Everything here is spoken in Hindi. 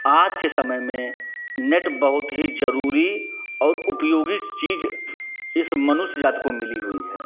आज के समय में नेट बहुत ही ज़रूरी और उपयोगी चीज़ इस मनुष्य जाति को मिली हुई है